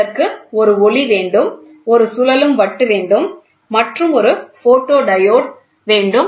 அதற்கு ஒரு ஒளி வேண்டும் ஒரு சுழலும் வட்டு வேண்டும் மற்றும் ஒரு போட்டோ டயோட் ஒளியிருமுனையம் வேண்டும்